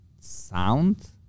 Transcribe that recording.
sound